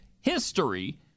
history